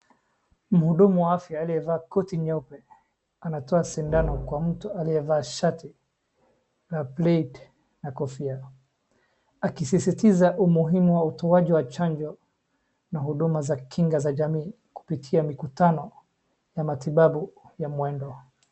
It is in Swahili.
Mhudumu wa aya aliyevaa koti nyeupe anatoa sindano kwa mtu aliyevaa shati la baid na kofia. Akisisitiza umuhimu wa utaji wa chanjo na huduma za kinga za jamii kupitia mikutano ya matibabu ya mwendo.